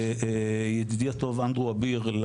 ידיד הטוב אנדרו אביר,